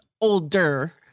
older